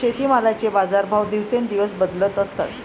शेतीमालाचे बाजारभाव दिवसेंदिवस बदलत असतात